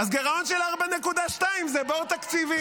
גירעון של 4.2 הוא בור תקציבי.